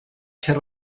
ser